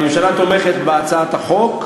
הממשלה תומכת בהצעת החוק,